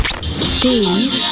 Steve